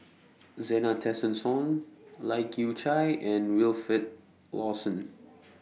Zena Tessensohn Lai Kew Chai and Wilfed Lawson